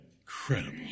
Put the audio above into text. Incredible